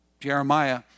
Jeremiah